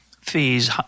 fees